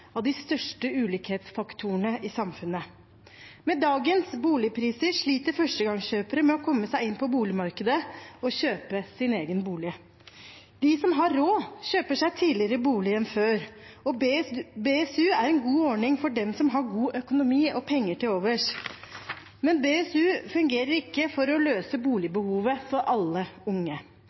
av de største ulikhetsfaktorene i samfunnet. Med dagens boligpriser sliter førstegangskjøpere med å komme seg inn på boligmarkedet og kjøpe sin egen bolig. De som har råd, kjøper seg bolig tidligere enn før. BSU er en god ordning for dem som har god økonomi og penger til overs, men BSU fungerer ikke for å løse boligbehovet for alle unge.